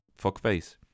fuckface